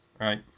right